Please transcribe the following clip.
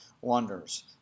wonders